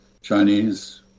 Chinese